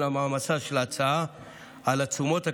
המעמסה של ההצעה על התשומות הקיימות,